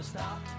Stop